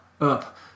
up